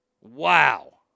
Wow